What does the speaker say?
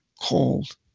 called